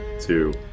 two